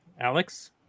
Alex